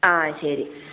ആ ശരി